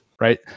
right